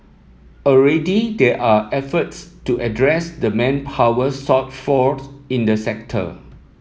already there are efforts to address the manpower shortfall in the sector